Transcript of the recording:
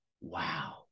wow